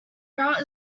route